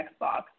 Xbox